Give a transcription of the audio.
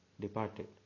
departed